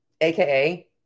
aka